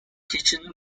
kitchen